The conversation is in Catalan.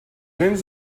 vents